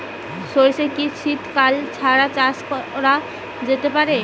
সর্ষে কি শীত কাল ছাড়া চাষ করা যেতে পারে?